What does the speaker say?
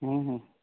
ହୁଁ ହୁଁ